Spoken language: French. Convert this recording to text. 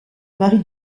marie